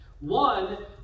one